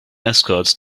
escorts